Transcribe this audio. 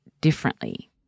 differently